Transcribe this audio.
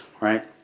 right